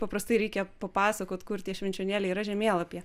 paprastai reikia papasakot kur tie švenčionėliai yra žemėlapyje